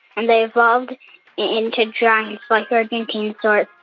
and they evolved into giants like argentinosaurus,